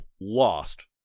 lost